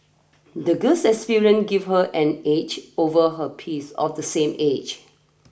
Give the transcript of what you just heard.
the girl's experience gave her an edge over her piece of the same age